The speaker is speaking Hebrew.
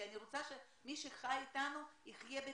כי אני רוצה שמי שחי איתנו יחיה בכבוד,